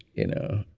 you know?